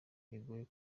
bigoye